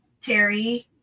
Terry